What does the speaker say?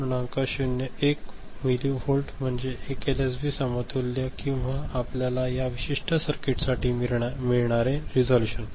01 millivolt म्हणजे 1 LSB समतुल्य किंवा आपल्याला या विशिष्ट सर्किटसाठी मिळणारे रेझोल्यूशन